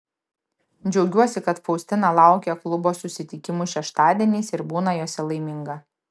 džiaugiuosi kad faustina laukia klubo susitikimų šeštadieniais ir būna juose laiminga